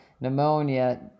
pneumonia